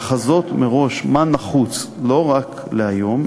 לחזות מראש מה נחוץ לא רק להיום,